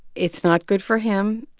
it's not good for him.